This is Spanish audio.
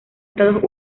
estados